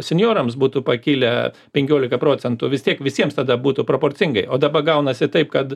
senjorams būtų pakilę penkiolika procentų vis tiek visiems tada būtų proporcingai o daba gaunasi taip kad